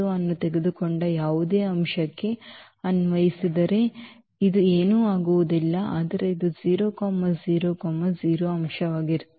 ಅನ್ನು ತೆಗೆದುಕೊಂಡ ಯಾವುದೇ ಅಂಶಕ್ಕೆ ಅನ್ವಯಿಸಿದರೆ ಇದು ಏನೂ ಆಗುವುದಿಲ್ಲ ಆದರೆ ಇದು 000 ಅಂಶವಾಗಿರುತ್ತದೆ